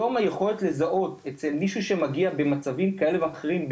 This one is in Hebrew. היום היכולת לזהות אצל מישהו שמגיע במצבים כאלה ואחרים,